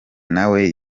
nawe